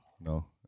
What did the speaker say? No